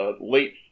late